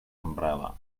umbrella